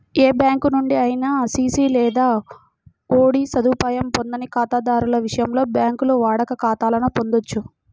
ఏ bank నుండి అయినా CC లేదా ఓడి సదుపాయం పొందని ఖాతాదారుల విషయంలో, బ్యాంకులు వాడుక ఖాతాలను పొందొచ్చు